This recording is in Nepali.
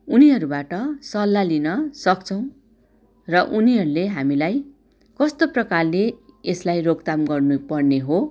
उनीहरूबाट सल्लाह लिन सक्छौँ र उनीहरूले हामीलाई कस्तो प्रकारले यसलाई रोकथाम गर्नु पर्ने हो